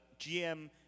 GM